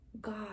God